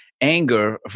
anger